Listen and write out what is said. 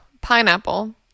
pineapple